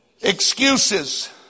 Excuses